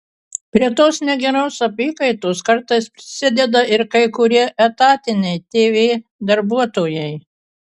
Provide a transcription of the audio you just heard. prie tos negeros apykaitos kartais prisideda ir kai kurie etatiniai tv darbuotojai